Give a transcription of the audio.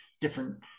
different